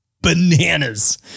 bananas